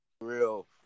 real